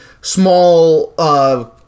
small